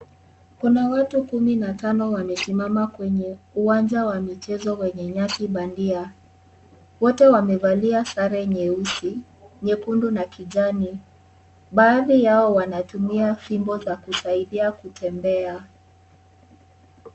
Kuna watu kumi na tano wamesimama kwenye uwanja wa michezo wenye nyasi bandia, wote wamevalia sare nyeusi, nyekundu na kijani. Baadhi yao wanatumia fimbo za kusaidia kutembea.